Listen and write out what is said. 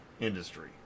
industry